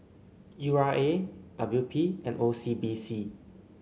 U R A W P and O C B C